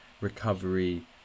recovery